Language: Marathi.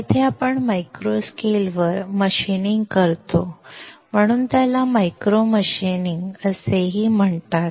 येथे आपण मायक्रो स्केलवर मशीनिंग करतो म्हणून त्याला मायक्रो मशीनिंग असेही म्हणतात